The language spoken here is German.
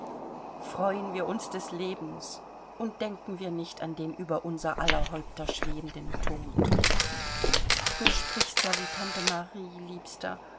freuen wir uns des lebens und denken wir nicht an den über unser aller häupter schwebenden tod du sprichst ja wie tante marie liebster